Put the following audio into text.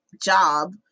job